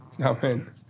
Amen